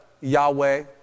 Yahweh